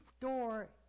door